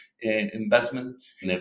investments